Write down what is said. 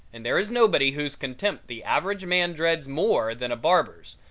and there is nobody whose contempt the average man dreads more than a barber's,